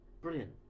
Brilliant